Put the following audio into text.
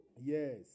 Yes